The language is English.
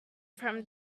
from